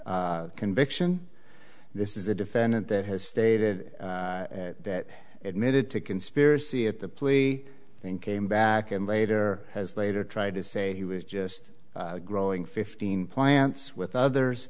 conviction this is a defendant that has stated that admitted to conspiracy at the plea then came back and later has later tried to say he was just growing fifteen plants with others